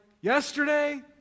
yesterday